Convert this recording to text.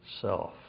self